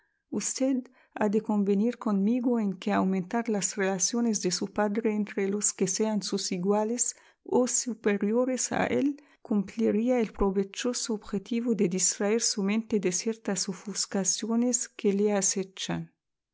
usted ha de convenir conmigo en que aumentar las relaciones de su padre entre los que sean sus iguales o superiores a él cumpliría el provechoso objetivo de distraer su mente de ciertas ofuscaciones que le acechan